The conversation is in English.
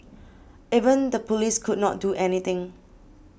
even the police could not do anything